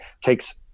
takes